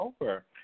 over